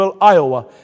Iowa